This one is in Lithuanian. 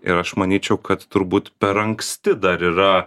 ir aš manyčiau kad turbūt per anksti dar yra